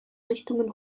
richtungen